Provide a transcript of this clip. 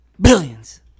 billions